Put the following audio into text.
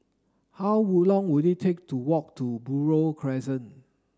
how long will it take to walk to Buroh Crescent